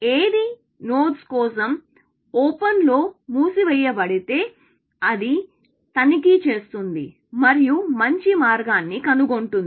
ఏది నోడ్స్ కోసం ఓపెన్ లో మూసివేయబడి తే అది తనిఖీ చేస్తుంది మరియు మంచి మార్గాన్ని కనుగొంటుంది